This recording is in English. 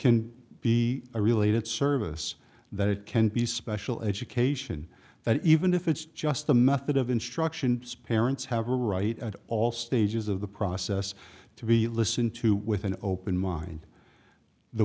can be a related service that it can be special education that even if it's just the method of instruction speratus have a right at all stages of the process to be listened to with an open mind there